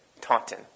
Taunton